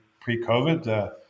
pre-COVID